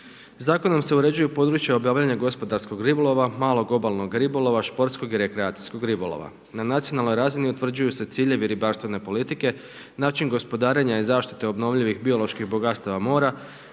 Zakonom se uređuju područja obavljanja gospodarskog ribolova, malog obalnog ribolova, športskog i rekreacijskog ribolova. Na nacionalnoj razini utvrđuju se ciljevi ribarstvene politike, način gospodarenja i zaštite obnovljivih bioloških bogatstava mora,